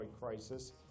crisis